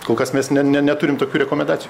kol kas mes ne ne neturim tokių rekomendacijų